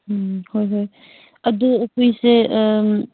ꯎꯝ ꯍꯣꯏ ꯍꯣꯏ ꯑꯗꯨ ꯑꯩꯈꯣꯏꯁꯦ